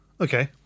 Okay